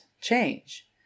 change